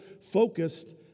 focused